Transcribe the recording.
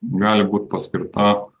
gali būt paskirta